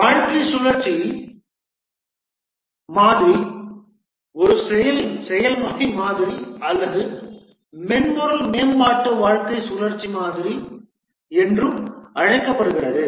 வாழ்க்கை சுழற்சி மாதிரி ஒரு செயல்முறை மாதிரி அல்லது மென்பொருள் மேம்பாட்டு வாழ்க்கை சுழற்சி மாதிரி என்றும் அழைக்கப்படுகிறது